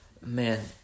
Man